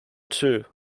too